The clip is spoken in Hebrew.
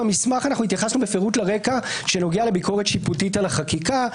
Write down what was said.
במסמך התייחסנו בפירוט לרקע שנוגע לביקורת שיפוטית על החקיקה,